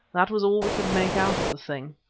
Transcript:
that was all we could make out of the thing.